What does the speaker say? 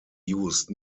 used